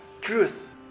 truth